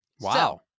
Wow